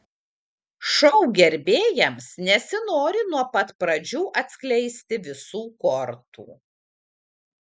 šou gerbėjams nesinori nuo pat pradžių atskleisti visų kortų